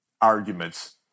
arguments